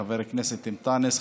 חבר הכנסת אנטאנס,